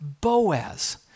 Boaz